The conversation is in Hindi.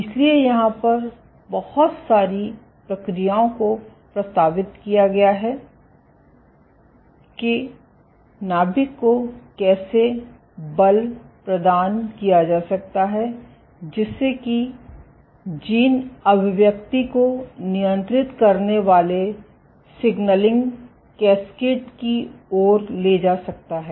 इसलिए यहाँ पर बहुत सारी प्रक्रियाओं को प्रस्तावित किया गया है कि नाभिक को कैसे बल प्रदान किया जाता है जिससे कि जीन अभिव्यक्ति को नियंत्रित करने वाले सिग्नलिंग कैस्केड की ओर ले जा सकता है